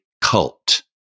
cult